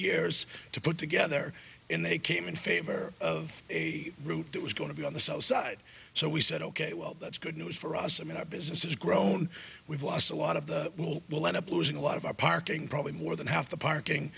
years to put together and they came in favor of a group that was going to be on the south side so we said ok well that's good news for us i mean our business has grown we've lost a lot of the wool will end up losing a lot of our parking probably more than half the parking